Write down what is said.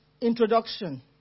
Introduction